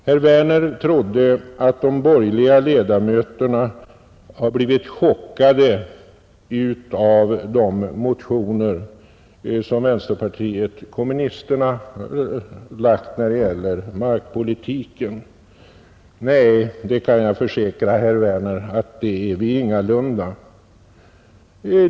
Herr Werner trodde att de borgerliga ledamöterna hade blivit chockade av de motioner som vänsterpartiet kommunisterna väckt när det gäller markpolitiken. Nej, det kan jag försäkra herr Werner att vi ingalunda har blivit.